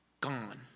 gone